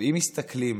אם מסתכלים